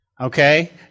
okay